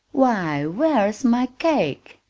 why, where's my cake?